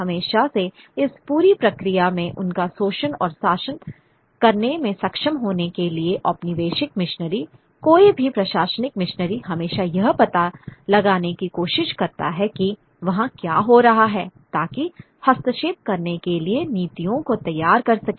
हमेशा से इस पूरी प्रक्रिया में उनका शोषण और शासन करने में सक्षम होने के लिए औपनिवेशिक मिशनरी कोई भी प्रशासनिक मिशनरी हमेशा यह पता लगाने की कोशिश करता है कि वहाँ क्या हो रहा है ताकि हस्तक्षेप करने के लिए नीतियों को तैयार कर सके